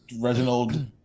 Reginald